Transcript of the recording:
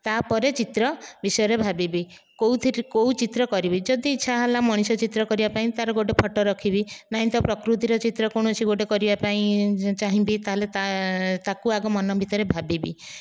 ତା'ପରେ ଚିତ୍ର ବିଷୟରେ ଭାବିବି କେଉଁଥି କେଉଁ ଚିତ୍ର କରିବି ଯଦି ଇଚ୍ଛା ହେଲା ମଣିଷ ଚିତ୍ର କରିବା ପାଇଁ ତା'ର ଗୋଟେ ଫଟୋ ରଖିବି ନାହିଁ ତ ପ୍ରକୃତିର ଚିତ୍ର କୌଣସି ଗୋଟେ କରିବା ପାଇଁ ଚାହିଁବି ତା'ହେଲେ ତା ତାକୁ ଆଗ ମନ ଭିତରେ ଭାବିବି